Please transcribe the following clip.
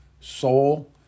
soul